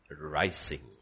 rising